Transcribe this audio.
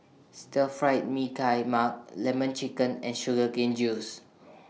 Stir Fry Mee Tai Mak Lemon Chicken and Sugar Cane Juice